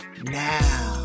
now